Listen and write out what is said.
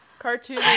Cartoon